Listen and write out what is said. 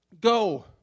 Go